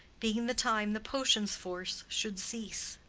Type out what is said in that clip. being the time the potion's force should cease.